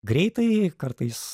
greitai kartais